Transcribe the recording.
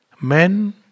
Men